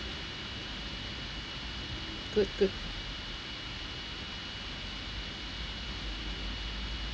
good good